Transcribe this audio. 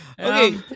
Okay